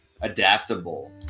adaptable